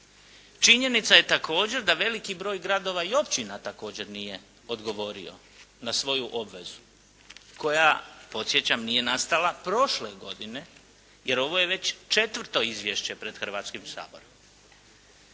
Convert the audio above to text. činjenica je također da veliki broj gradova i općina također nije odgovorio na svoju obvezu koja, podsjećam, nije nastala prošle godine, jer ovo je već 4. izvješće pred Hrvatskim saborom.